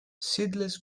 seedless